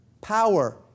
power